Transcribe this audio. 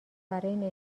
برای